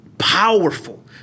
Powerful